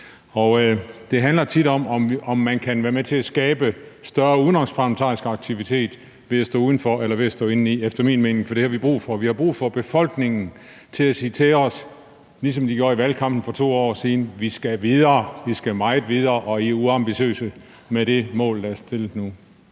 Det handler tit om, om man kan være med til at skabe større udenomsparlamentarisk aktivitet ved at stå udenfor eller ved at være indenfor efter min mening, for det har vi brug for. Vi har brug for befolkningen til at sige til os, ligesom de gjorde i valgkampen for 2 år siden: Vi skal videre, vi skal meget videre, og I er uambitiøse med det mål, der opstillet nu.